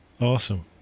Awesome